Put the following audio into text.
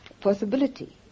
possibility